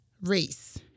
Race